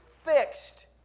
fixed